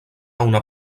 una